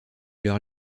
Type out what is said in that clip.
leurs